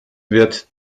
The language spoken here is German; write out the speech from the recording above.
wird